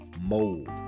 mold